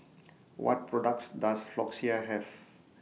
What products Does Floxia Have